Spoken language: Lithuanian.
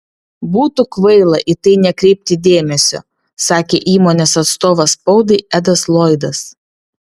būtų kvaila į tai nekreipti dėmesio sakė įmonės atstovas spaudai edas loydas